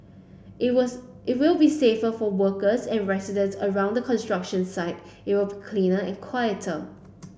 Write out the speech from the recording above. it was it will be safer for workers and residents around the construction site it will cleaner and quieter